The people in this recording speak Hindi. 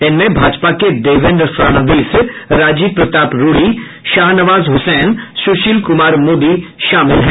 इनमें भाजपा के देवेन्द्र फड़णवीस राजीव प्रताप रूडी शाहनवाज हुसैन सुशील कुमार मोदी शामिल हैं